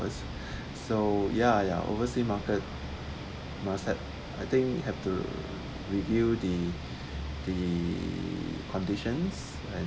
so ya ya overseas market must have I think have to review the the conditions and